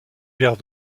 vers